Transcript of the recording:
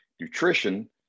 nutrition